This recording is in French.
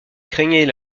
craignaient